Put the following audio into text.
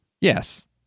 Yes